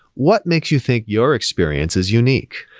what makes you think your experience is unique?